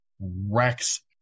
wrecks